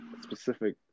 specific